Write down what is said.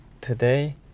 today